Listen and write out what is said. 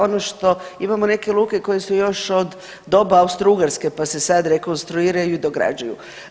Ono što imamo neke luke koje su još od doba Austro-Ugarske, pa se sad rekonstruiraju i dograđuju.